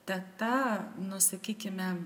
teta nu sakykime